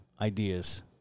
ideas